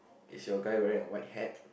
is your guy wearing on white hat